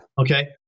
Okay